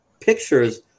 pictures